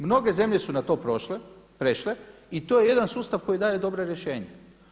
Mnoge zemlje su na to prešle i to je jedan sustav koji daje dobra rješenja.